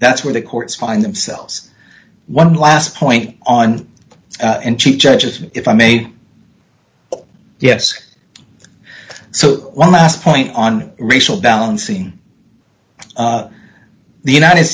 that's where the courts find themselves one last point on and she judges if i may yes so one last point on racial balancing the united